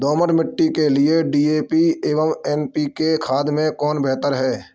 दोमट मिट्टी के लिए डी.ए.पी एवं एन.पी.के खाद में कौन बेहतर है?